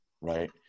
right